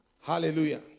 Hallelujah